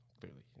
Clearly